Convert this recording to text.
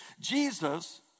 Jesus